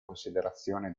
considerazione